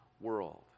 world